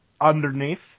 underneath